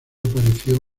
apareció